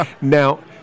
Now